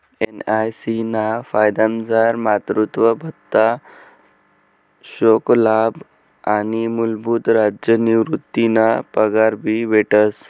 NIC ना फायदामझार मातृत्व भत्ता, शोकलाभ आणि मूलभूत राज्य निवृतीना पगार भी भेटस